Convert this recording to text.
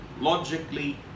logically